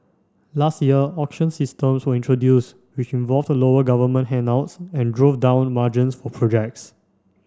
last year auction systems were introduced which involved lower government handouts and drove down margins for projects